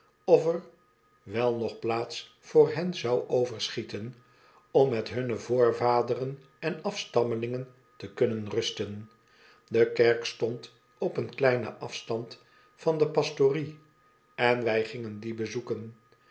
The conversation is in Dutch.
of er wel nog plaats voor hen zou overschieten om met hunne voorvaderen en afstammelingen te kunnen rusten de kerk stond op een kleinen afstand van de pastorie en wij gingen die bezoeken